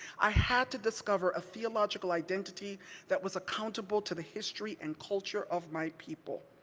i had to discover a theological identity that was accountable to the history and culture of my people.